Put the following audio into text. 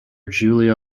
giulio